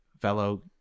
fellow